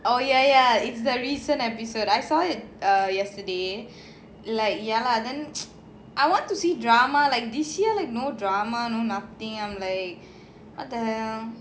oh yeah yeah it's the recent episode I saw it err yesterday like ya lah then I want to see drama like this year like no drama no nothing I'm like what the hell